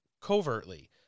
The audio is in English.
covertly